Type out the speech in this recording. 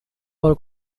بار